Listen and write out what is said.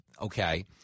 okay